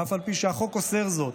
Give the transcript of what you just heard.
אף על פי שהחוק אוסר זאת,